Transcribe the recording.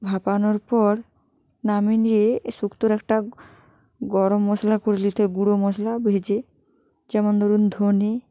ভাপানোর পর নামিয়ে নিয়ে শুক্তোর একটা গরম মশলা করে নিতে হয় গুঁড়ো মশলা ভেজে যেমন ধরুন ধনে